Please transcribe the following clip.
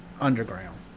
underground